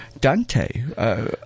Dante